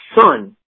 son